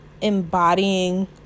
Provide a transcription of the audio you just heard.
embodying